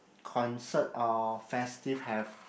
concert or festive have